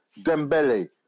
Dembele